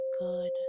good